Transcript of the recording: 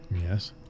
Yes